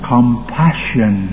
Compassion